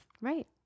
Right